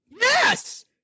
yes